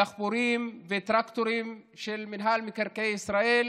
דחפורים וטרקטורים של מינהל מקרקעי ישראל